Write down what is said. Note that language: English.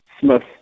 Smith